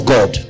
God